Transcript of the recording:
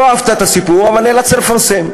לא אהבת את הסיפור, אבל נאלצת לפרסם.